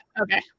okay